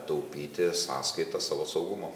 taupyti sąskaita savo saugumo